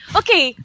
okay